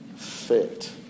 fit